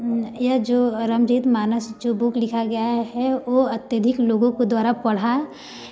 यह जो रामचरित मानस जो बुक लिखा गया है वह अत्यधिक लोगों के द्वारा पढ़ा